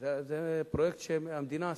היה זה פרויקט שהמדינה עשתה: